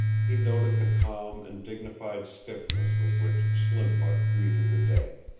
he noted the calm and dignified stiffness with which slim buck greeted the day.